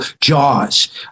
Jaws